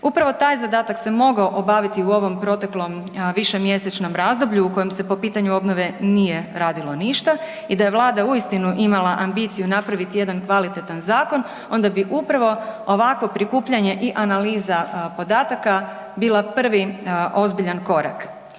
Upravo taj zadatak se mogao obaviti u ovom proteklom višemjesečnom razdoblju u kojem se po pitanju obnove nije radilo ništa i da je vlada uistinu imala ambiciju napraviti jedan kvalitetan zakon onda bi upravo ovakvo prikupljanje i analiza podataka bila prvi ozbiljan korak